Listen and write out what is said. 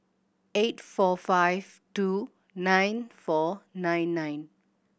eight four five two nine four nine nine